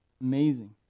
Amazing